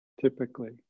typically